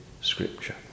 Scripture